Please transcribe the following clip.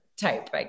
type